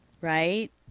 right